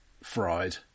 fried